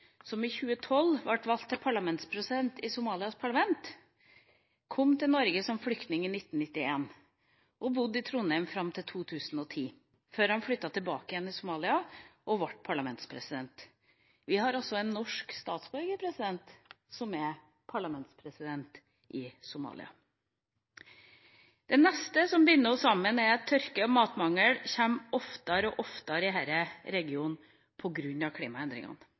som i 2012 ble valgt til parlamentspresident i Somalias parlament, kom til Norge som flyktning i 1991 og bodde i Trondheim fram til 2010, før han flyttet tilbake igjen til Somalia og ble parlamentspresident. Vi har altså en norsk statsborger som er parlamentspresident i Somalia. Det neste som binder oss sammen, er klimaendringene, og tørke og matmangel kommer oftere og oftere i denne regionen.